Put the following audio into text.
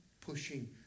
pushing